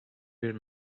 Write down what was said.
bir